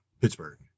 Pittsburgh